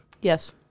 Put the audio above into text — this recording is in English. Yes